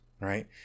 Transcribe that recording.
right